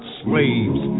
slaves